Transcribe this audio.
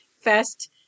fast